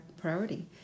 priority